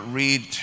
read